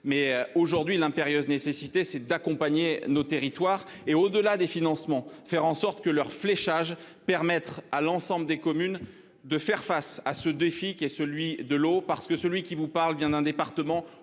mais aujourd'hui l'impérieuse nécessité, c'est d'accompagner nos territoires et au-delà des financements, faire en sorte que leur fléchage permettre à l'ensemble des communes de faire face à ce défi qui est celui de l'eau parce que celui qui vous parle vient d'un département